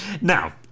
Now